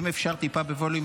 אם אפשר, בווליום